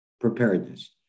preparedness